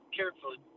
carefully